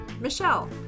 Michelle